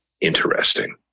interesting